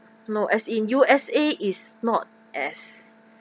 no as in U_S_A is not as